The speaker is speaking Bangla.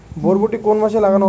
বরবটি কোন মাসে লাগানো হয়?